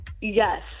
yes